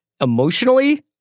emotionally